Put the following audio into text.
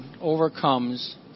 overcomes